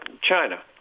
China